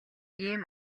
ийм